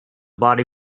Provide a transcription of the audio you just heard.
body